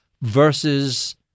versus